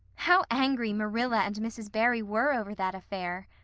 how angry marilla and mrs. barry were over that affair,